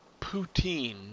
poutine